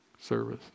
service